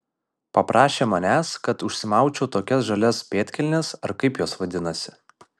paprašė manęs kad užsimaučiau tokias žalias pėdkelnes ar kaip jos vadinasi